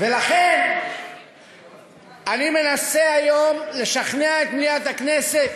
ולכן אני מנסה היום לשכנע את מליאת הכנסת: